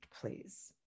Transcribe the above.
please